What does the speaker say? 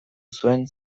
zuen